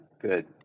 Good